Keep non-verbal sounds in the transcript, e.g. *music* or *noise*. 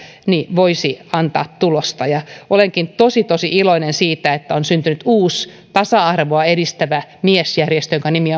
voisi antaa tulosta olenkin tosi tosi iloinen siitä että on syntynyt uusi tasa arvoa edistävä miesjärjestö jonka nimi *unintelligible*